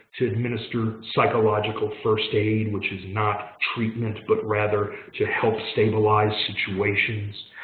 to administer psychological first aid, which is not treatment but rather to help stabilize situations.